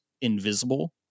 invisible